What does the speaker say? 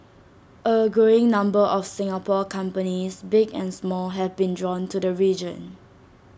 A growing number of Singapore companies big and small have been drawn to the region